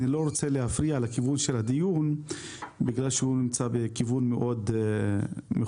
אני לא רוצה להפריע לכיוון של הדיון כי הוא נמצא בכיוון מאוד מחודד.